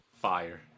Fire